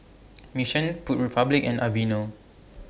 Mission Food Republic and Aveeno